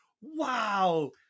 wow